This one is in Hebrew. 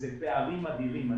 אלה פערים אדירים.